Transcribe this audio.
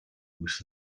with